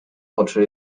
oczy